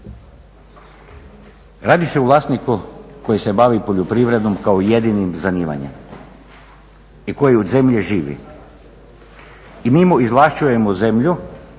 Radi se o vlasniku koji se bavi poljoprivredom kao jedinim zanimanjem i koji od zemlje živi. I mi mu izvlašćujemo zemlju